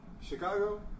Chicago